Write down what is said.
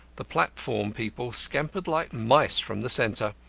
the platform people scampered like mice from the centre.